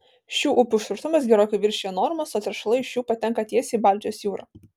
šių upių užterštumas gerokai viršija normas o teršalai iš jų patenka tiesiai į baltijos jūrą